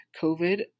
COVID